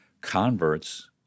converts